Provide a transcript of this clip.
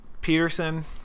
peterson